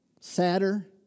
sadder